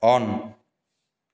on